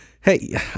Hey